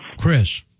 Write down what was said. Chris